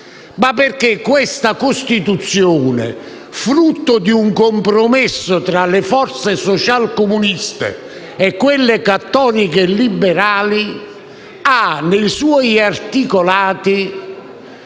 ma perché questa Costituzione, frutto di un compromesso tra le forze socialcomuniste e quelle cattoliche e liberali, ha nei suoi articolati,